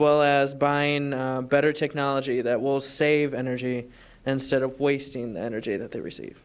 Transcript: well as buying better technology that will save energy and set of wasting the energy that they receive